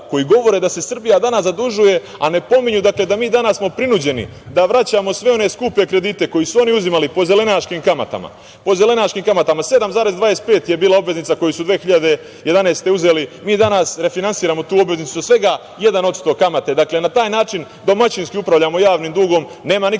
koji govore da se Srbija danas zadužuje, a ne pominje da smo danas mi prinuđeni da vraćamo sve one skupe kredite koje su oni uzimali po zelenaškim kamatama, po zelenaškim kamatama, 7,25 je bila obveznica koju su 2011. godine uzeli. Mi danas refinansiramo tu obveznicu sa svega 1% kamate. Dakle, na taj način domaćinski upravljamo javnim dugom, nema nikakvog